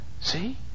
see